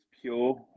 pure